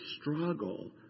struggle